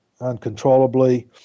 uncontrollably